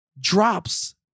drops